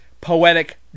Poetic